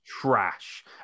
trash